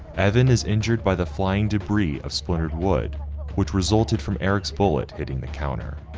evan is injured by the flying debris of splintered wood which resulted from eric's bullet hitting the counter.